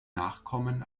nachkommen